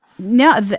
No